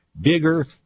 bigger